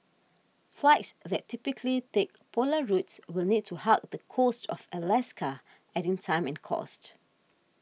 flights that typically take polar routes will need to hug the coast of Alaska adding time and cost